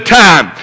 time